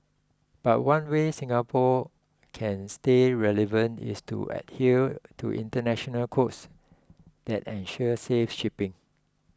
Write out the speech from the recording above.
but one way Singapore can stay relevant is to adhere to international codes that ensure safe shipping